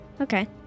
Okay